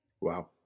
Wow